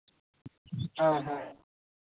ᱦᱮᱸ ᱦᱮᱸ